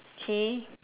K